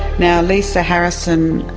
now, lisa harrison,